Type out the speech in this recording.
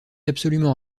absolument